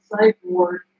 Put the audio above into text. sideboard